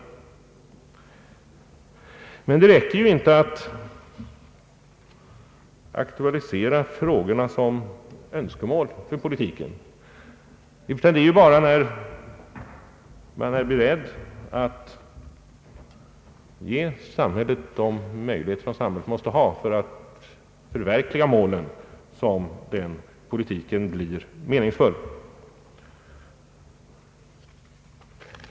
Det räcker emellertid inte att enbart aktualisera frågorna som önskemål för politiken. Det är bara när man är beredd att ge samhället de möjligheter som samhället måste ha för att förverkliga målen som politiken blir meningsfull.